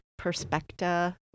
Perspecta